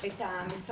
להגיע